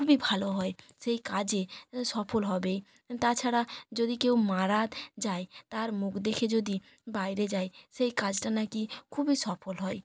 খুবই ভালো হয় সেই কাজে সফল হবেই তাছাড়া যদি কেউ মারা যায় তার মুখ দেখে যদি বাইরে যায় সেই কাজটা না কি খুবই সফল হয়